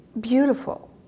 beautiful